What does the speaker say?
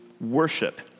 worship